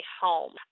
home